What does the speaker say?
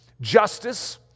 Justice